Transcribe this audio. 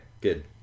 good